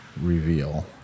reveal